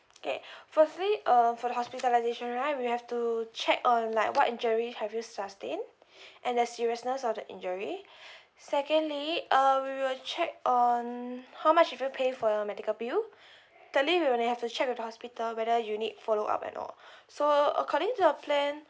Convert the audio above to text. okay firstly uh for the hospitalisation right we have to check on like what injury have you sustained and the seriousness of the injury secondly uh we will check on how much did you pay for your medical bill thirdly we'll have to check with the hospital whether you need follow up at all so according to your plan